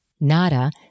Nada